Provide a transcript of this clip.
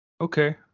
Okay